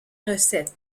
recette